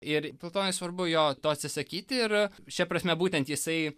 ir dėl to nesvarbu jo to atsisakyti ir a šia prasme būtent jisai